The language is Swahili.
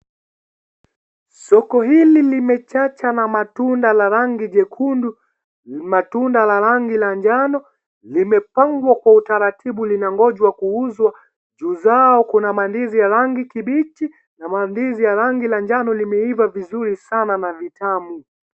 Soko hili limechacha na matunda la rangi jekundu, matunda la rangi ya njano limepangwa kwa utaratibu linangoja kuuzwa. Juu yao kuna mandizi ya rangi ya kijani kibichi na mandizi la rangi ya njano yameiva vizuri sana na vitamu.